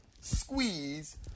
Squeeze